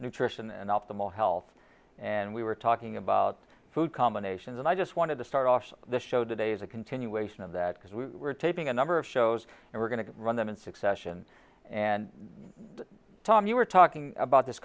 nutrition and optimal health and we were talking about food combinations and i just wanted to start off the show today is a continuation of that because we were taping a number of shows and we're going to run them in succession and tom you were talking about this